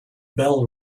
bell